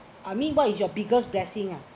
I mean what is your biggest blessing ah